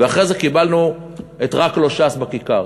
ואחרי זה קיבלנו את "רק לא ש"ס" בכיכר.